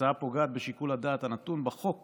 ההצעה פוגעת בשיקול הדעת הנתון בחוק